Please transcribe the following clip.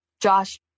Josh